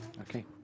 Okay